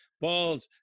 Bald